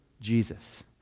Jesus